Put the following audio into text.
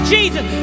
Jesus